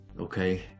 Okay